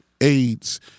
AIDS